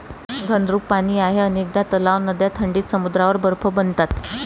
घनरूप पाणी आहे अनेकदा तलाव, नद्या थंडीत समुद्रावर बर्फ बनतात